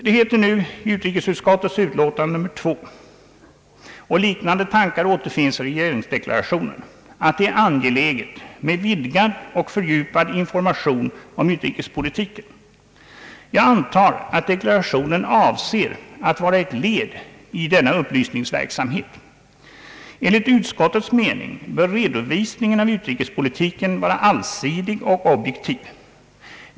Det heter nu i utrikesutskottets utlåtande nr 2 — och liknande tankar återfinns i regeringsdeklarationen — att det är angeläget med vidgad och fördjupad information om utrikespolitiken. Jag antar att deklarationen avser att vara ett led i denna upplysningsverksamhet. Enligt utskottets mening bör redovisningen av utrikespolitiken vara allsidig och objektiv.